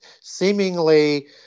Seemingly